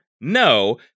No